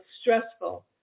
stressful